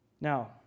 Now